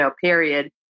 period